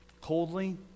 Coldly